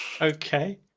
Okay